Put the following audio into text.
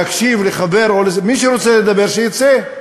להקשיב לחבר, מי שרוצה לדבר, יצא,